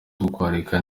kutwakira